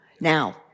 now